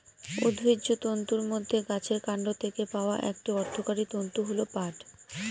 উদ্ভিজ্জ তন্তুর মধ্যে গাছের কান্ড থেকে পাওয়া একটি অর্থকরী তন্তু হল পাট